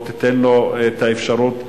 או תיתן לו את האפשרות.